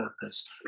purpose